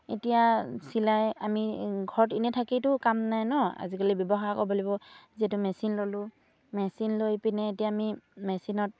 এতিয়া চিলাই আমি ঘৰত এনেই থাকিতো কাম নাই ন আজিকালি ব্যৱসায় ক'ব লাগিব যিহেতু মেচিন ল'লোঁ মেচিন লৈ পিনে এতিয়া আমি মেচিনত